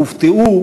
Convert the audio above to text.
הופתעו,